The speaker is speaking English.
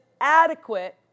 adequate